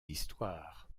histoires